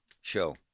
show